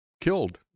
killed